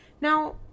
Now